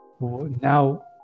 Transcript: now